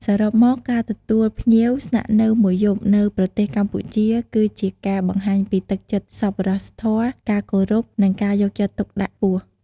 សរុបមក ការទទួលភ្ញៀវស្នាក់នៅមួយយប់នៅប្រទេសកម្ពុជា គឺជាការបង្ហាញពីទឹកចិត្តសប្បុរសធម៌ ការគោរព និងការយកចិត្តទុកដាក់ខ្ពស់។